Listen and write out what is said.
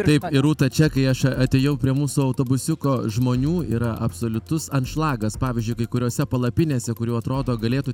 taip ir rūta čia kai aš atėjau prie mūsų autobusiuko žmonių yra absoliutus anšlagas pavyzdžiui kai kuriose palapinėse kur jau atrodo galėtų